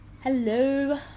hello